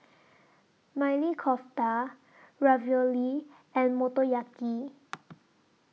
Maili Kofta Ravioli and Motoyaki